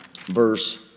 verse